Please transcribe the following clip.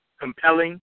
compelling